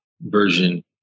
version